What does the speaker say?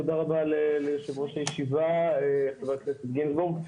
תודה רבה ליו"ר הישיבה, חבר הכנסת גינזבורג.